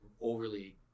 overly